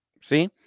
See